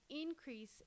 increase